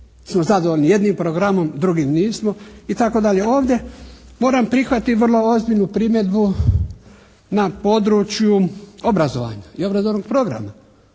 smo zadovoljni jednim programom, drugi nismo itd. Ovdje moram prihvatiti vrlo ozbiljnu primjedbu na području obrazovanja i obrazovnog programa